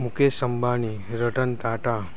Mukesh Ambani Ratan Tata